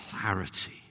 clarity